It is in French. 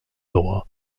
droit